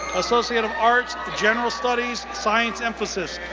associate of arts, general studies, science emphasis,